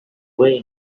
way